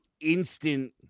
instant